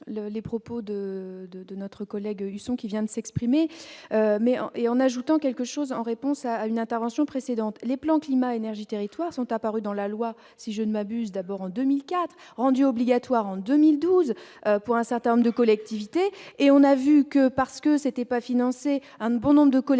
les propos de de de notre collègue sont qui vient de s'exprimer, mais on est en ajoutant quelque chose en réponse à une intervention précédente les plans climat-énergie territoires sont apparus dans la loi, si je ne m'abuse, d'abord en 2004, rendu obligatoire en 2012 pour un certain nombre de collectivités et on a vu que parce que c'était pas financer un bon nombre de collectivités